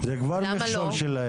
זה כבר מכשול שלהם.